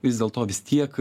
vis dėlto vis tiek